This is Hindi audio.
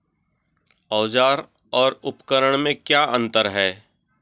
औज़ार और उपकरण में क्या अंतर है?